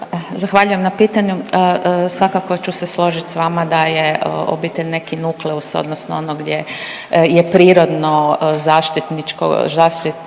Zahvaljujem na pitanju. Svakako ću se složiti sa vama da je obitelj neki nukleus, odnosno ono gdje je prirodno zaštitničko